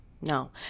No